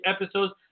episodes